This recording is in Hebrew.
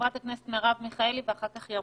חברת הכנסת מרב מיכאלי, בבקשה.